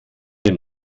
den